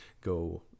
go